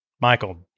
michael